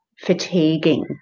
fatiguing